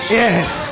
yes